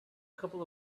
couple